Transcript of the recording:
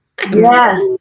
Yes